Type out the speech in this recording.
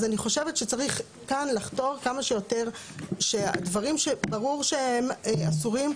אז אני חושבת שצריך כאן לחתור כמה שיותר שהדברים שברור שהם אסורים,